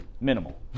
minimal